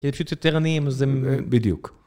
כי פשוט יותר עניים, זה בדיוק.